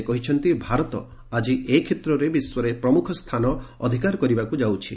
ସେ କହିଛନ୍ତି ଭାରତ ଆଜି ଏ କ୍ଷେତ୍ରରେ ବିଶ୍ୱରେ ପ୍ରମୁଖ ସ୍ଥାନ ଅଧିକାର କରିବାକୁ ଯାଉଛି